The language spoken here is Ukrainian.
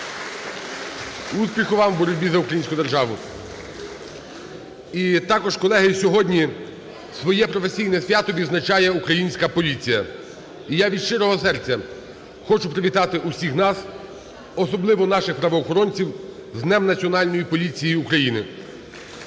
Успіху вам у боротьбі за українську державу! (Оплески) І також, колеги, сьогодні своє професійне свято відзначає українська поліція. І я від щирого серця хочу привітати всіх нас, особливо наших правоохоронців, з Днем Національної поліції України.